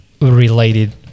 related